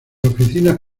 oficinas